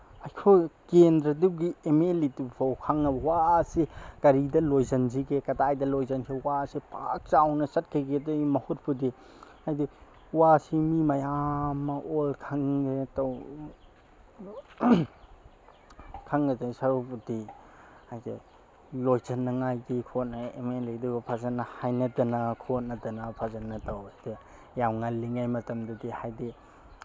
ꯑꯩꯈꯣꯏ ꯀꯦꯟꯗ꯭ꯔꯗꯨꯒꯤ ꯑꯦꯃꯦꯂꯦꯗꯨ ꯐꯥꯎ ꯈꯪꯉꯕ ꯋꯥꯁꯦ ꯀꯔꯤꯗ ꯂꯣꯏꯁꯤꯟꯁꯤꯒꯦ ꯀꯗꯥꯏꯗ ꯂꯣꯏꯁꯤꯟꯁꯦ ꯋꯥꯁꯦ ꯄꯥꯛ ꯆꯥꯎꯅ ꯆꯠꯈꯤꯒꯤꯗꯩ ꯃꯍꯨꯠꯄꯨꯗꯤ ꯍꯥꯏꯗꯤ ꯋꯥꯁꯤ ꯃꯤ ꯃꯌꯥꯝ ꯑꯃ ꯑꯣꯔ ꯈꯪꯉꯦ ꯇꯧ ꯈꯪꯉꯗꯣꯏ ꯁꯔꯨꯛꯄꯨꯗꯤ ꯍꯥꯏꯗꯤ ꯂꯣꯏꯁꯟꯅꯉꯥꯏꯒꯤ ꯈꯣꯠꯅꯉꯥꯏ ꯑꯦꯃꯦꯂꯦꯗꯨꯒ ꯐꯖꯅ ꯍꯥꯏꯅꯗꯅ ꯈꯣꯠꯅꯗꯅ ꯐꯖꯅ ꯇꯧꯋꯦ ꯌꯥꯝ ꯉꯜꯂꯤꯉꯩ ꯃꯇꯝꯗꯗꯤ ꯍꯥꯏꯗꯤ